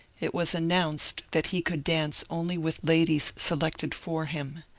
it was announced that he could dance only with ladies selected for him.